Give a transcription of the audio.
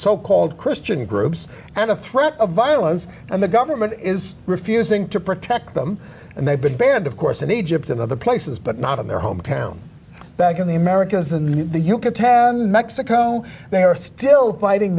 so called christian groups and a threat of violence and the government is refusing to protect them and they've been banned of course in egypt and other places but not in their hometown back in the americas and the yucatan mexico they are still fighting